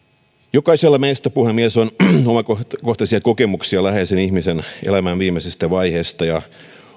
jokaisella meistä puhemies on omakohtaisia kokemuksia läheisen ihmisen elämän viimeisistä vaiheista ja